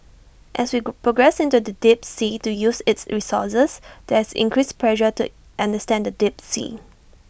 as we progress into the deep sea to use its resources there is increased pressure to understand the deep sea